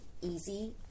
easy